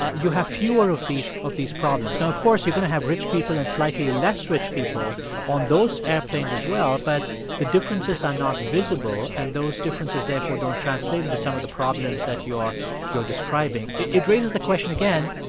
ah you have fewer of these of these problems. now, of course, you're going to have rich people and slightly less rich people on those airplanes, as well, but the differences are not visible. and those differences, therefore, don't translate into some of the problems that you are describing. it raises the question, again,